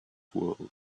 world